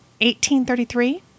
1833